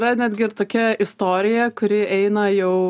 yra netgi ir tokia istorija kuri eina jau